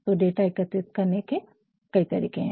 तो डाटा एकत्रित करने के कई तरीके है